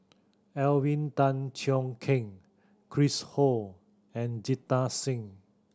Alvin Tan Cheong Kheng Chris Ho and Jita Singh